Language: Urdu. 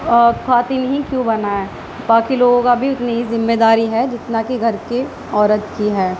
خواتین ہی کیوں بنائے باقی لوگوں کا بھی اتنی ہی ذمہ داری ہے جتنا کہ گھر کے عورت کی ہے